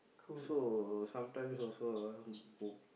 so sometimes also ah